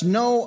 no